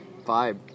vibe